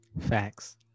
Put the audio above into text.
Facts